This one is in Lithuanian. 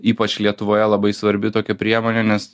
ypač lietuvoje labai svarbi tokia priemonė nes